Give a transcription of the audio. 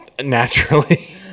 Naturally